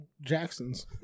Jackson's